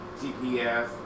GPS